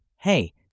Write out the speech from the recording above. hey